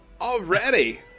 already